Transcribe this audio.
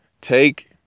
take